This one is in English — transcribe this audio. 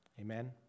Amen